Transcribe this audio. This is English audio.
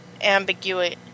ambiguous